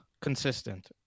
consistent